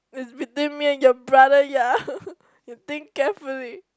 is between me and your brother ya you think carefully